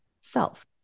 self